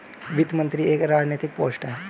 वित्त मंत्री एक राजनैतिक पोस्ट है